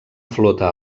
flota